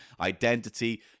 identity